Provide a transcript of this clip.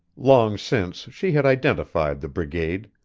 long since she had identified the brigade.